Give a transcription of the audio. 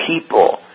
people